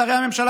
שרי הממשלה.